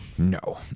No